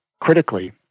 critically